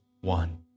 one